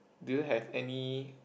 do you have any